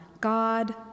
God